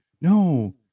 no